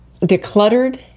decluttered